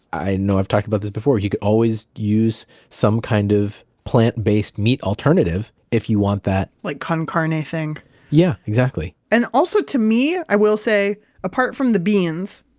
i know i've talked about this before, you could always use some kind of plant based meat alternative if you want that. like con carne thing yeah, exactly and also to me, i will say apart from the beans,